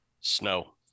snow